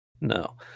No